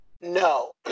No